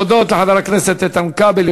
להודות לחבר הכנסת איתן כבל,